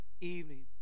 evening